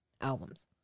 albums